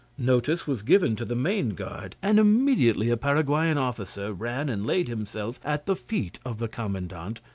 notice was given to the main guard, and immediately a paraguayan officer ran and laid himself at the feet of the commandant,